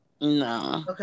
No